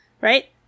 Right